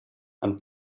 and